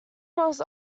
was